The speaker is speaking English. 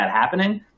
happening